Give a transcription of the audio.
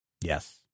Yes